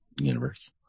universe